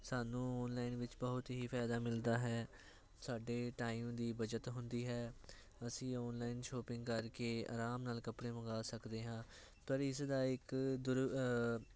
ਸਾਨੂੰ ਓਨਲਾਈਨ ਵਿੱਚ ਬਹੁਤ ਹੀ ਫਾਇਦਾ ਮਿਲਦਾ ਹੈ ਸਾਡੇ ਟਾਈਮ ਦੀ ਬਚਤ ਹੁੰਦੀ ਹੈ ਅਸੀਂ ਓਨਲਾਈਨ ਸ਼ੋਪਿੰਗ ਕਰਕੇ ਆਰਾਮ ਨਾਲ ਕੱਪੜੇ ਮੰਗਾ ਸਕਦੇ ਹਾਂ ਪਰ ਇਸ ਦਾ ਇੱਕ ਦੁਰ